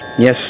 Yes